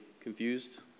confused